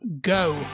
Go